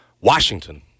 Washington